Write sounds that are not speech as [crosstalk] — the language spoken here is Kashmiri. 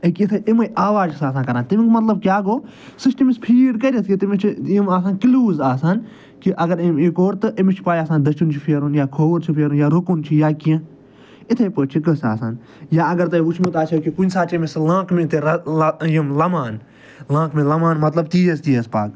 ییٚکیٛاہ یِتھَے یِمَے آوازٕ چھِ آسان سُہ کران تَمیُک مطلب کیٛاہ گوٚو سُہ چھِ تٔمِس فیٖڈ کٔرِتھ کہِ تٔمِس چھِ یِم آسان کِلیوٗز آسان کہِ اَگر أمۍ یہِ کوٚر تہٕ أمِس چھِ پَے آسان دٔچھُن چھِ پھیرُن یا کھوٚوُر چھِ پھیرُن یا رُکُن چھِ یا کیٚنٛہہ یِتھَے پٲٹھۍ چھِ قٕصہٕ آسان یا اَگر تۄہہِ وٕچھمُت آسیو کہِ کُنہِ ساتہٕ چھِ أمِس لانٛکمہِ تہِ [unintelligible] یِم لَمان لانٛکمہِ لَمان مطلب تیز تیز پَکھ